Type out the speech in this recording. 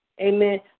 Amen